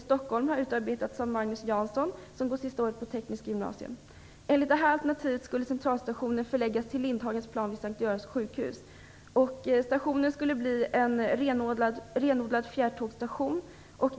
Stockholm har utarbetats av Magnus Jansson, som går sista året på tekniskt gymnasium. Enligt detta alternativ skulle Centralstationen förläggas till Lindhagens plan vid S:t Görans sjukhus. Stationen skulle bli en renodlad fjärrtågsstation.